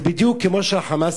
זה בדיוק כמו שה"חמאס"